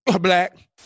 Black